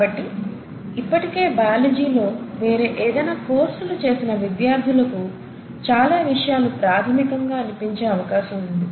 కాబట్టి ఇప్పటికే బయాలజీలో వేరే ఏదైనా కోర్సులు చేసిన విద్యార్థులకు చాలా విషయాలు ప్రథమికంగా అనిపించే అవకాశం ఉంది